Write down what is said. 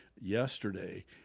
yesterday